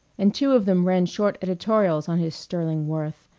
and two of them ran short editorials on his sterling worth,